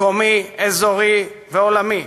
מקומי, אזורי ועולמי.